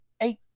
Eight